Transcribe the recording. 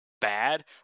bad